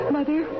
Mother